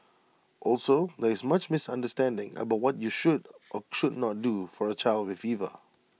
also there is much misunderstanding about what you should or should not do for A child with fever